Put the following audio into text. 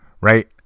Right